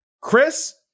Chris